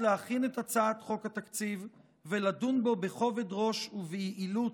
להכין את הצעת חוק התקציב ולדון בה בכובד ראש וביעילות,